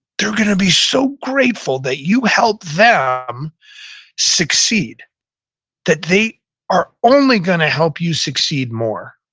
they're going to be so grateful that you helped them um succeed that they are only going to help you succeed more